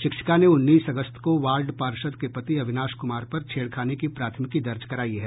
शिक्षिका ने उन्नीस अगस्त को वार्ड पार्षद के पति अविनाश कुमार पर छेड़खानी की प्राथमिकी दर्ज करायी है